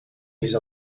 mise